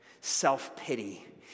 self-pity